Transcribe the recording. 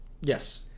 Yes